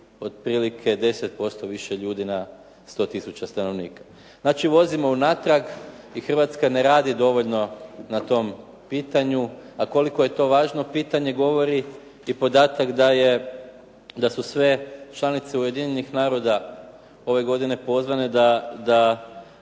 otprilike 10% više ljudi na 100 tisuća stanovnika. Znači, vozimo unatrag i Hrvatska ne radi dovoljno na tom pitanju, a koliko je to važno pitanje govori i podatak da su sve članice Ujedinjenih naroda ove godine pozvane da